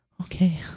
Okay